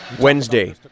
Wednesday